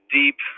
deep